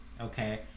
okay